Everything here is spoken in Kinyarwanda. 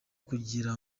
kugira